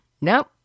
Nope